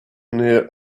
near